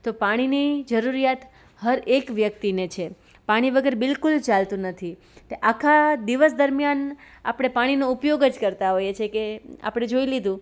તો પાણીની જરૂરિયાત હર એક વ્યક્તિને છે પાણી વગર બિલકુલ ચાલતું નથી તે આખા દિવસ દરમિયાન આપણે પાણીનો ઉપયોગ જ કરતાં હોઈએ છે કે આપણે જોઈ લીધું